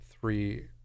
three